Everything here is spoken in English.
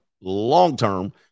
long-term